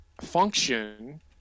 function